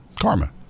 karma